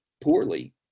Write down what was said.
poorly